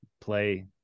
play